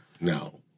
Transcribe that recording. No